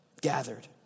gathered